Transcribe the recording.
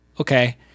okay